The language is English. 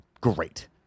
great